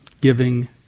giving